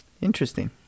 Interesting